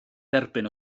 dderbyn